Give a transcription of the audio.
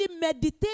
meditate